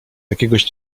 jakiegoś